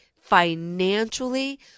financially